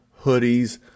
hoodies